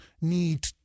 need